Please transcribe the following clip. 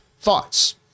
thoughts